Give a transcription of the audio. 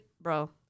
bro